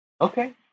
Okay